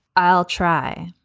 i'll try.